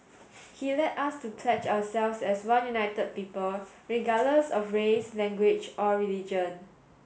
he led us to pledge ourselves as one united people regardless of race language or religion